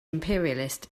imperialist